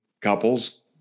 couples